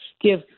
give